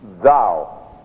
Thou